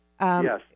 Yes